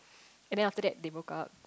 and then after that they broke up